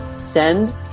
send